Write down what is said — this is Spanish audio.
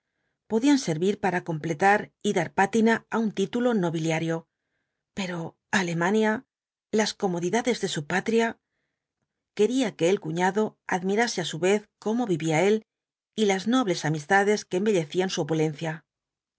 podían servir para completar y dar pátina á un título nobiliario pero alemania las comodidades de su patrial quería que el cuñado admirase á su vez cómo vivía él y las nobles amistades que embellecían su opulencia y